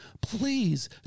Please